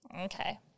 Okay